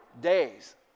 days